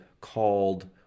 called